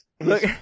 Look